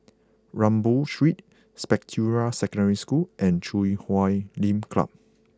Rambau Street Spectra Secondary School and Chui Huay Lim Club